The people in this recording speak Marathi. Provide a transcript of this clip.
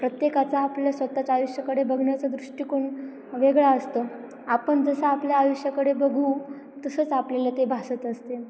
प्रत्येकाचा आपल्या स्वतःच आयुष्यकडे बघण्याचा दृष्टिकोण वेगळा असतं आपण जसं आपल्या आयुष्यकडे बघू तसंच आपल्याला ते भासत असते